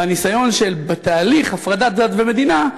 והניסיון בתהליך הפרדת דת מהמדינה,